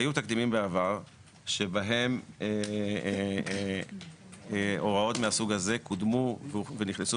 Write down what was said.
היו תקדימים בעבר שבהם הוראות מהסוג הזה קודמו ונכנסו